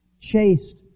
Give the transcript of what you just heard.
chaste